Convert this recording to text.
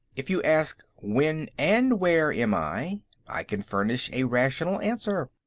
if you ask, when and where am i i can furnish a rational answer.